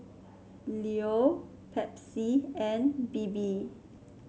Leo Pepsi and Bebe